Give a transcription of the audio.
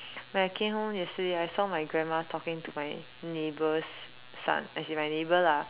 when I came home yesterday I saw my grandma talking to my neighbour's son as in my neighbour lah